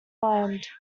mind